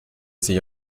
sich